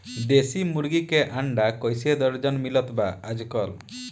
देशी मुर्गी के अंडा कइसे दर्जन मिलत बा आज कल?